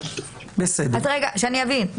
שאני אבין,